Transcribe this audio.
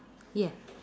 yeah